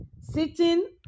sitting